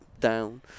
down